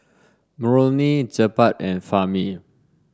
Murni Jebat and Fahmi